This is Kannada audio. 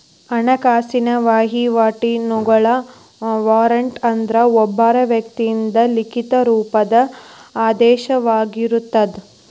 ಹಣಕಾಸಿನ ವಹಿವಾಟಿನೊಳಗ ವಾರಂಟ್ ಅಂದ್ರ ಒಬ್ಬ ವ್ಯಕ್ತಿಯಿಂದ ಲಿಖಿತ ರೂಪದ ಆದೇಶವಾಗಿರತ್ತ